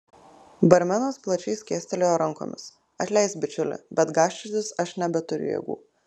barmenas plačiai skėstelėjo rankomis atleisk bičiuli bet gąsčiotis aš nebeturiu jėgų